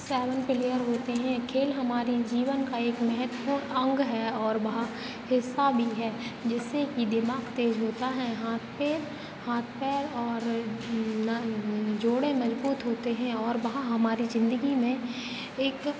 seven player होते हैं खेल हमारी जीवन का एक महत्त्वपूर्ण अंग है और वह हिस्सा भी है जिससे कि दिमाग तेज होता हैं हाथ पे हाथ पैर और ना जोड़ें मजबूत होते हैं और वह हमारी जिंदगी में एक